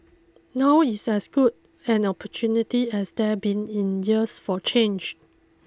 now is as good an opportunity as there been in years for change